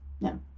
no